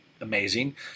Amazing